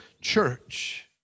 church